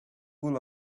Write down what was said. full